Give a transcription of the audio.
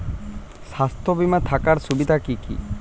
স্বাস্থ্য বিমা থাকার সুবিধা কী কী?